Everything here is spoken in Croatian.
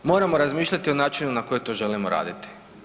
Moramo razmišljati o načinu na koji to želimo raditi.